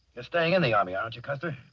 you're staying in the army, aren't you, custer?